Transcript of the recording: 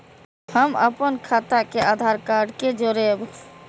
हम अपन खाता के आधार कार्ड के जोरैब?